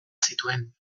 zituen